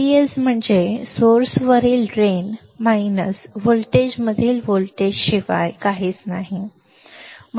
VDS म्हणजे स्त्रोतावरील drain minus व्होल्टेजमधील व्होल्टेजशिवाय काहीच नाही